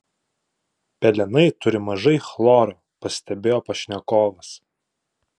pelenai turi mažai chloro pastebėjo pašnekovas